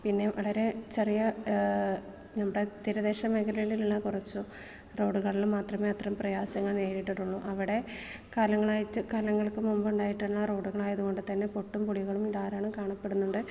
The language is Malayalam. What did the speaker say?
പിന്നേയും വളരെ ചെറിയ നമ്മുടെ തീരദേശ മേഖലകളിലുള്ള കുറച്ച് റോഡുകളില് മാത്രമെ അത്രയും പ്രയാസങ്ങള് നേരിട്ടട്ടുള്ളു അവിടെ കാലങ്ങളായിറ്റ് കാലങ്ങള്ക്ക് മുമ്പുണ്ടായിട്ടുള്ള റോഡുകളായത് കൊണ്ട്തന്നെ പൊട്ടും പൊടികളും ധാരാളം കാണപ്പെടുന്നുണ്ട്